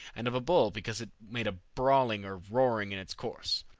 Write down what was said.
and of a bull because it made a brawling or roaring in its course.